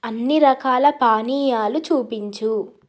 అన్ని రకాల పానీయాలు చూపించు